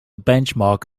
benchmark